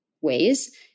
ways